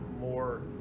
more